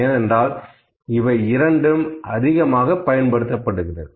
ஏனென்றால் இவையிரண்டும் அதிகமாக பயன்படுத்தப்படுகிறது